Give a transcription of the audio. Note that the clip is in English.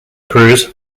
crews